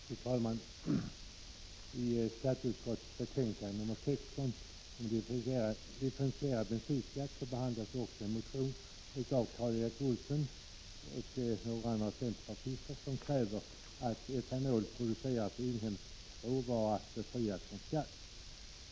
Fru talman! I skatteutskottets betänkande nr 16 om differentierad bensinskatt behandlas också en motion av Karl Erik Olsson och några andra centerpartister, som kräver att etanol producerad av inhemsk råvara befrias från skatt.